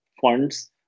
funds